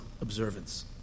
observance